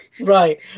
Right